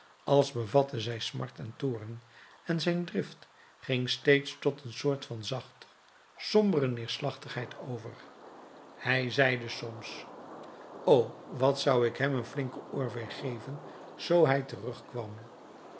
als bevatte zij smart en toorn en zijn drift ging steeds tot een soort van zachte sombere neerslachtigheid over hij zeide soms o wat zou ik hem een flinken oorveeg geven zoo hij terugkwam